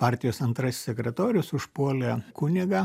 partijos antrasis sekretorius užpuolė kunigą